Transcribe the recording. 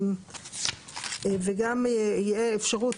וגם תהיה אפשרות,